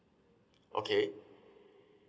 okay